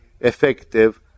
effective